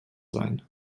sein